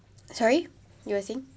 sorry you were saying